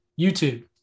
YouTube